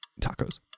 Tacos